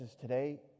today